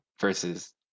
versus